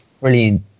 brilliant